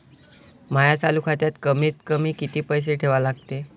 माया चालू खात्यात कमीत कमी किती पैसे ठेवा लागते?